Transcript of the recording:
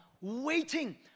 waiting